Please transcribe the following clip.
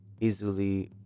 easily